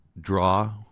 draw